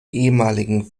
ehemaligen